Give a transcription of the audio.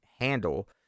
handle